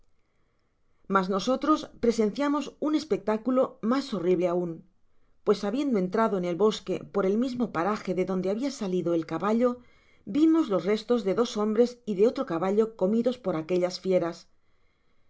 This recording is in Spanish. mas nosotros presenciamos un espectáculo mas horrible aun pues habiendo entrado en el bosquepor el mismo paraje de donde habia salido el caballo vimos los restos de dos hombres y de otro caballo comidos por aquellas fieras